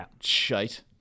shite